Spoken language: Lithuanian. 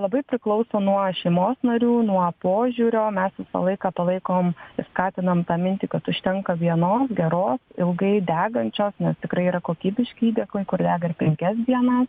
labai priklauso nuo šeimos narių nuo požiūrio mes visą laiką palaikom skatinam tą mintį kad užtenka vienos geros ilgai degančios nes tikrai yra kokybiški įdėklai kur dega ir penkias dienas